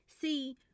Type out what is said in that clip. See